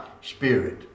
spirit